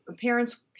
parents